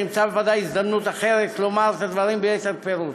אני אמצא בוודאי הזדמנות אחרת לומר את הדברים ביתר פירוט,